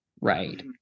right